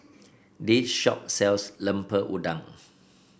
this shop sells Lemper Udang